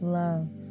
love